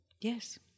Yes